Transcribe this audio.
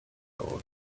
thought